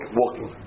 walking